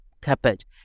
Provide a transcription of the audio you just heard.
cupboard